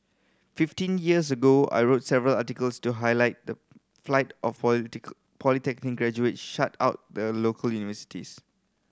fifteen years ago I wrote several articles to highlight the flight of polytech polytech in graduation shut out the local universities